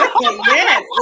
Yes